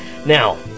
Now